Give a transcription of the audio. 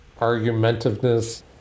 argumentiveness